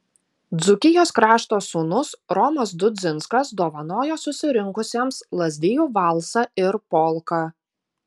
dzūkijos krašto sūnus romas dudzinskas dovanojo susirinkusiems lazdijų valsą ir polką